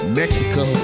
mexico